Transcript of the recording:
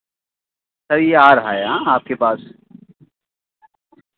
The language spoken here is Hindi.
सर ही आ रहा है हाँ आपके पास